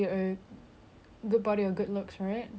we're not talking about generally like physically